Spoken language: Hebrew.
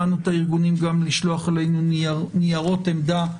הארגונים האורחים שלחו אלינו גם ניירות עמדה.